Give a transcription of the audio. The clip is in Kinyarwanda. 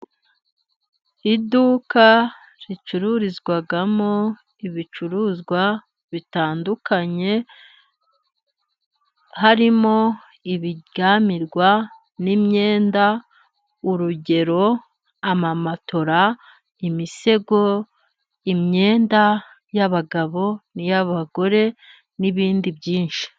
Iduka ricururizwamo ibicuruzwa bitandukanye harimo ibiryamirwa n'imyenda ingero: amamatora, imisego, imyenda yabagabo n'iy'abagore n'ibindi byinshi.